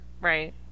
Right